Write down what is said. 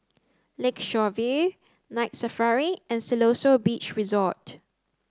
Lakeshore View Night Safari and Siloso Beach Resort